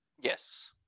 Yes